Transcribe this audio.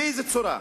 באיזו צורה.